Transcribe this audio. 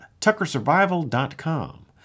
tuckersurvival.com